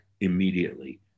Immediately